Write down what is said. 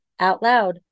OUTLOUD